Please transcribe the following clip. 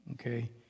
okay